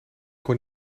kon